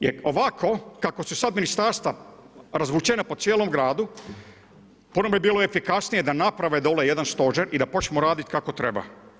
Jer ovako kako su sada ministarstva razvučena po cijelom gradu puno bi bilo efikasnije da naprave dole jedan stožer i da počnu raditi kako treba.